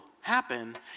happen